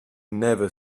never